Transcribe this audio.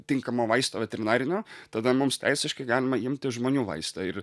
tinkamo vaisto veterinarinio tada mums teisiškai galima imti žmonių vaistą ir